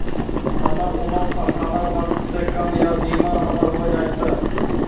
हमर उम्र अठारह वर्ष से कम या बीमा हमर हो जायत?